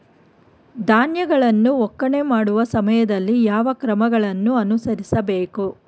ಧಾನ್ಯಗಳನ್ನು ಒಕ್ಕಣೆ ಮಾಡುವ ಸಮಯದಲ್ಲಿ ಯಾವ ಕ್ರಮಗಳನ್ನು ಅನುಸರಿಸಬೇಕು?